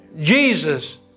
Jesus